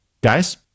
Guys